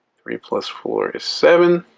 three plus four is seven.